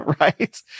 right